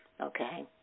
Okay